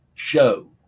show